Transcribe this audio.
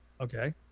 okay